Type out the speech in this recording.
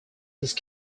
these